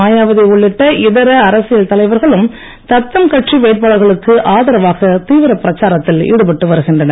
மாயாவதி உள்ளிட்ட இதர அரசியல் தலைவர்களும் தத்தம் கட்சி வேட்பாளர்களுக்கு ஆதரனவாக தீவிர பிரச்சாரத்தில் ஈடுபட்டு வருகின்றனர்